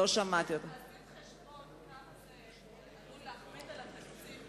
תעשי חשבון כמה זה עשוי להכביד על התקציב,